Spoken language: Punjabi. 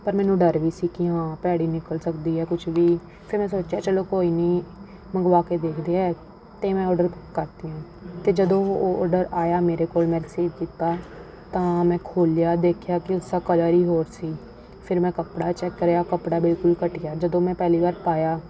ਪਰ ਮੈਨੂੰ ਡਰ ਵੀ ਸੀ ਕਿ ਹਾਂ ਭੈੜੀ ਨਿਕਲ ਸਕਦੀ ਹੈ ਕੁਛ ਵੀ ਫਿਰ ਮੈਂ ਸੋਚਿਆ ਚਲੋ ਕੋਈ ਨਹੀਂ ਮੰਗਵਾ ਕੇ ਦੇਖਦੇ ਹਾਂ ਅਤੇ ਮੈਂ ਔਡਰ ਕਰਤੀਆਂ ਅਤੇ ਜਦੋਂ ਉਹ ਔਡਰ ਆਇਆ ਮੇਰੇ ਕੋਲ ਮੈਂ ਰਿਸੀਵ ਕੀਤਾ ਤਾਂ ਮੈਂ ਖੋਲ੍ਹਿਆ ਦੇਖਿਆ ਕਿ ਉਸਾ ਕਲਰ ਹੀ ਹੋਰ ਸੀ ਫਿਰ ਮੈਂ ਕੱਪੜਾ ਚੈੱਕ ਕਰਿਆ ਕੱਪੜਾ ਬਿਲਕੁਲ ਘਟੀਆ ਜਦੋਂ ਮੈਂ ਪਹਿਲੀ ਵਾਰ ਪਾਇਆ